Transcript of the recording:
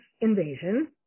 invasion